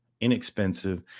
inexpensive